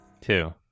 two